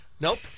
Nope